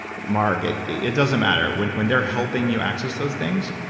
mark. it it doesn't matter. when when they're helping you access those things,